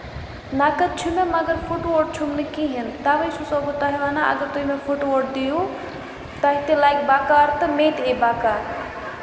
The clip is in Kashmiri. نَقٕد چھُ مےٚ مَگر پھُٹووٹ چھُم نہٕ کِہیںۍ تَوے چھُ سو بہٕ تۄہہِ وَنان اَگر تُہۍ مےٚ پھُٹووٹ دِیو تۄہہِ تہِ لگہِ بَکار تہٕ مےٚ تہِ ای بَکار